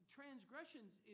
transgressions